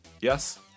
Yes